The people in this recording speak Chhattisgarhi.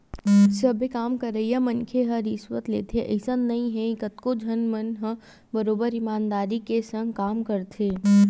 सबे काम करइया मनखे ह रिस्वत लेथे अइसन नइ हे कतको झन मन ह बरोबर ईमानदारी के संग काम करथे